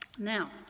Now